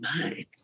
mind